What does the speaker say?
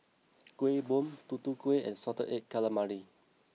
Kuih Bom Tutu Kueh and Salted Egg Calamari